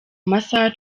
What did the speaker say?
masaha